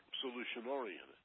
solution-oriented